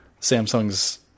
Samsung's